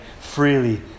freely